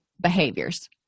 behaviors